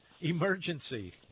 emergency